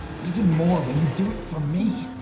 even more when you do it for me!